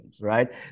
right